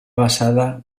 basada